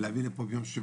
ולהביא לפה ביום שישי,